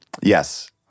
Yes